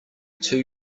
two